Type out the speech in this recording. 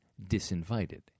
disinvited